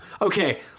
Okay